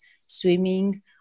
swimming